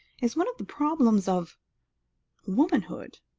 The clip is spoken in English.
is one of the problems of womanhood.